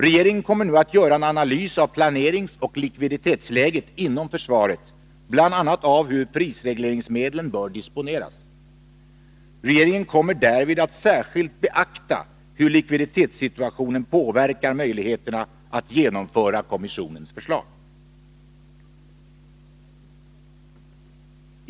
Regeringen kommer nu att göra en analys av planeringsoch likviditetsläget inom försvaret, bl.a. av hur prisreglerings medlen bör disponeras. Regeringen kommer därvid att särskilt beakta hur likviditetssituationen påverkar möjligheterna att genomföra kommissionens förslag.